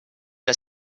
que